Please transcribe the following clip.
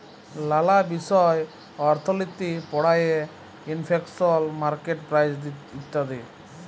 লালা বিষয় অর্থলিতি পড়ায়ে ইলফ্লেশল, মার্কেট প্রাইস ইত্যাদি